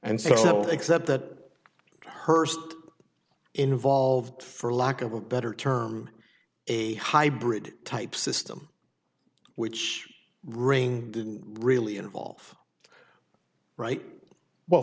and settled except that hearst involved for lack of a better term a hybrid type system which ring didn't really involve right well